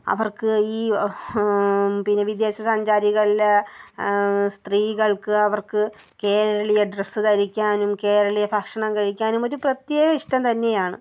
അവർക്ക് ഈ പിന്നെ വിദേശസഞ്ചാരികളിൽ സ്ത്രീകൾക്ക് അവർക്ക് കേരളീയ ഡ്രസ്സ് ധരിക്കാനും കേരളീയ ഭക്ഷണം കഴിക്കാനും ഒരു പ്രത്യേക ഇഷ്ടം തന്നെയാണ്